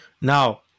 Now